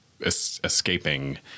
escaping